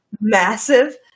massive